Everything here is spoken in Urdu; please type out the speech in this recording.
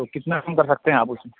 تو کتنا کم کر سکتے ہیں آپ اس میں